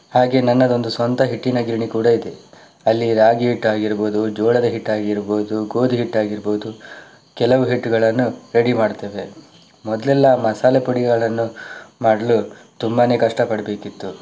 ಹಾಗೆ ನನ್ನದೊಂದು ಸ್ವಂತ ಹಿಟ್ಟಿನ ಗಿರಣಿ ಕೂಡ ಇದೆ ಅಲ್ಲಿ ರಾಗಿ ಹಿಟ್ಟಾಗಿರಬಹುದು ಜೋಳದ ಹಿಟ್ಟಾಗಿರಬಹುದು ಗೋಧಿ ಹಿಟ್ಟಾಗಿರಬಹುದು ಕೆಲವು ಹಿಟ್ಟುಗಳನ್ನು ರೆಡಿ ಮಾಡ್ತೇವೆ ಮೊದಲೆಲ್ಲ ಮಸಾಲೆ ಪುಡಿಗಳನ್ನು ಮಾಡಲು ತುಂಬಾನೇ ಕಷ್ಟಪಡಬೇಕಿತ್ತು